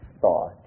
thought